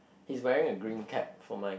he's wearing a green cap for mine